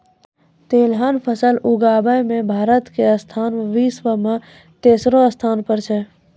तिलहन फसल उगाबै मॅ भारत के स्थान विश्व मॅ तेसरो स्थान पर छै